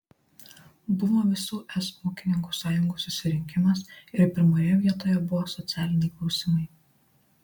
buvo visų es ūkininkų sąjungų susirinkimas ir pirmoje vietoje buvo socialiniai klausimai